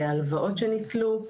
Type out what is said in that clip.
הלוואות שניטלו.